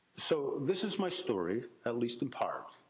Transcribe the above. so, this is my story, at least in part.